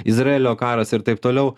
izraelio karas ir taip toliau